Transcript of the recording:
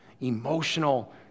emotional